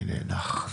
אני נאנח.